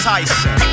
Tyson